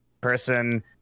person